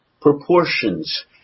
proportions